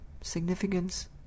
significance